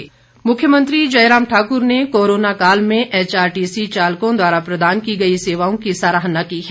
जयराम मुख्यमंत्री जयराम ठाकुर ने कोरोना काल में एचआरटीसी चालकों द्वारा प्रदान की गई सेवाओं की सराहना की है